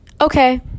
Okay